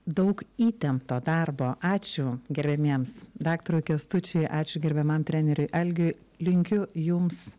daug įtempto darbo ačiū gerbiamiems daktarui kęstučiui ačiū gerbiamam treneriui algiui linkiu jums